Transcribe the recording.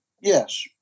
Yes